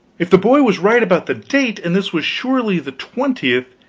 if the boy was right about the date, and this was surely the twentieth,